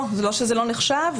לא שזה לא נחשב,